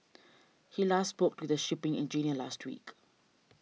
he last spoke to the shipping engineer last week